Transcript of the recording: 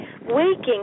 waking